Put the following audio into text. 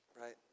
right